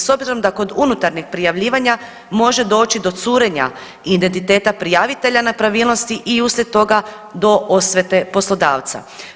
S obzirom da kod unutarnjeg prijavljivanja može doći do curenja identiteta prijavitelja nepravilnosti i uslijed toga do osvete poslodavca.